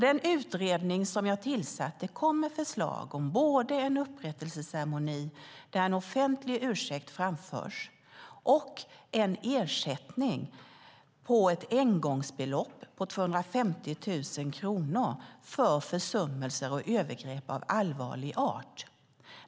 Den utredning som jag tillsatte kom med förslag om både en upprättelseceremoni där en offentlig ursäkt framförs och en ersättning på ett engångsbelopp på 250 000 kronor för försummelser och övergrepp av allvarlig art.